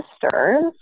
sisters